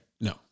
No